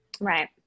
Right